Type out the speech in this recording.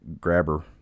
grabber